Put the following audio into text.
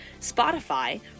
Spotify